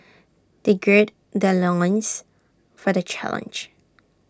they gird their loins for the challenge